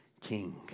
king